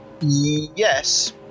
yes